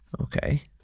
Okay